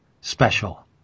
special